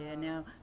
now